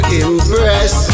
impress